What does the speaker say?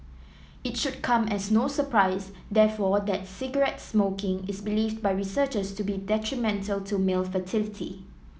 it should come as no surprise therefore that's cigarette smoking is believed by researchers to be detrimental to male fertility